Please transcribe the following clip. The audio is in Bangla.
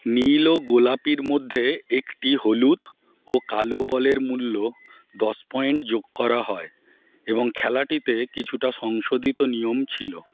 নীল ও গোলাপির মধ্যে একটি হলুদ ও কালো বলের মূল্য দশ পয়েন্ট যোগ করা হয় এবং খেলাটিতে কিছুটা সংশোধিত নিয়ম ছিল